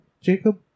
Jacob